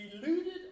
deluded